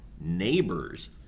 Neighbors